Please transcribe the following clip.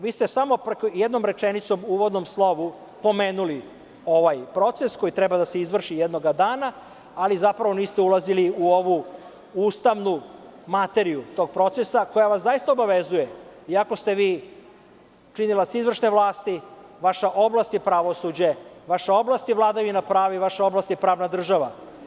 Vi ste samo jednom rečenicom u uvodnom slovu pomenuli ovaj proces koji treba da se izvrši jednog dana, ali zapravo niste ulazili u ovu ustavnu materiju tog procesa, koja vas zaista obavezuje iako ste vi činilac izvršne vlasti, vaša oblast je pravosuđe, vaša oblast je vladavina prava i vaša oblast je pravna država.